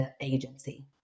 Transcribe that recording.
agency